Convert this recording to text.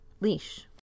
leash